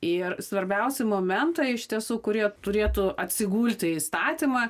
ir svarbiausi momentai iš tiesų kurie turėtų atsigulti į įstatymą